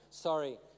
Sorry